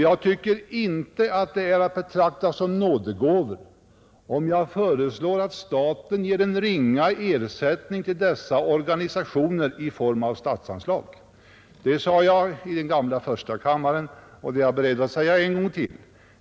Jag tycker inte att det är att betrakta som nådegåvor om staten ger en ringa ersättning till dessa organisationer i form av statsanslag. Detta sade jag i den gamla första kammaren, och det är jag beredd att upprepa.